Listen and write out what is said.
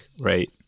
Right